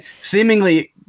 seemingly